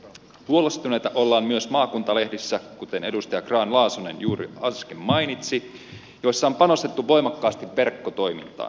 huolestuneita ollaan myös maakuntalehdissä kuten edustaja grahn laasonen juuri äsken mainitsi joissa on panostettu voimakkaasti verkkotoimintaan